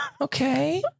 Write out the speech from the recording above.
Okay